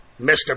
Mr